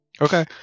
Okay